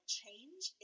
change